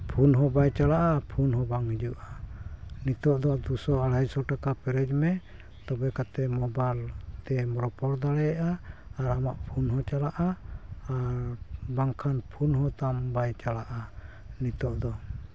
phone ᱦᱚᱸ ᱵᱟᱭ ᱪᱟᱞᱟᱜᱼᱟ ᱟᱨ ᱯᱷᱳᱱ ᱦᱚᱸ ᱵᱟᱭ ᱦᱤᱡᱩᱜᱼᱟ ᱱᱤᱛᱚᱜ ᱫᱚ ᱫᱩᱥᱚ ᱟᱲᱟᱭᱥᱚ ᱴᱟᱠᱟ ᱯᱮᱨᱮᱡ ᱢᱮ ᱛᱚᱵᱮ ᱠᱟᱛᱮᱫ ᱢᱳᱵᱟᱭᱤᱞ ᱛᱮᱢ ᱨᱚᱯᱚᱲ ᱫᱟᱲᱮᱭᱟᱜᱼᱟ ᱟᱨ ᱟᱢᱟᱜ ᱯᱷᱳᱱ ᱦᱚᱸ ᱪᱟᱞᱟᱜᱼᱟ ᱟᱨ ᱵᱟᱝᱠᱷᱟᱱ ᱯᱷᱳᱱ ᱦᱚᱸ ᱛᱟᱢ ᱵᱟᱝ ᱪᱟᱞᱟᱜᱼᱟ ᱱᱤᱛᱚᱜ ᱫᱚ